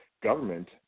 government